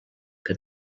que